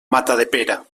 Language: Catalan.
matadepera